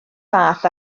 fath